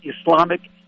Islamic